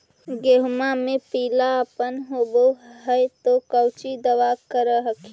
गोहुमा मे पिला अपन होबै ह तो कौची दबा कर हखिन?